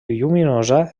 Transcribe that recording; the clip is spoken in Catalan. lluminosa